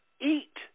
Eat